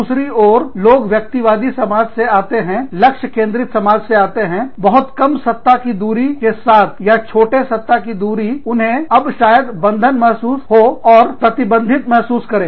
दूसरी ओर लोग व्यक्तिवादी समाज से आते हैं लक्ष्य केंद्रित समाज से आते हैं बहुत कम सत्ता की दूरी के साथ या छोटे सत्ता की दूरी उन्हें अब शायद बंधन महसूस हो और प्रतिबंधित महसूस करें